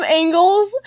angles